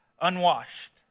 unwashed